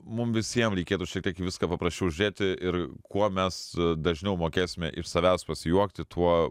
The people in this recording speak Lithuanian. mum visiem reikėtų šiek tiek į viską paprasčiau žiūrėti ir kuo mes dažniau mokėsime iš savęs pasijuokti tuo